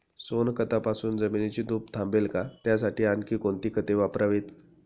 सोनखतापासून जमिनीची धूप थांबेल का? त्यासाठी आणखी कोणती खते वापरावीत?